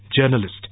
journalist